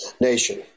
Nation